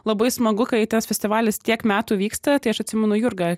labai smagu kai tas festivalis tiek metų vyksta tai aš atsimenu jurgą